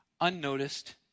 unnoticed